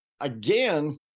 again